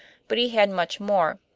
but he had much more.